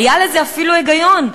היה בזה אפילו היגיון.